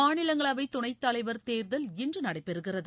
மாநிலங்களவைத்துணைத்தலைவர் தேர்தல் இன்றுநடைபெறுகிறது